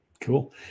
Cool